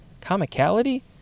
Comicality